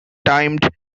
timed